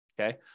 okay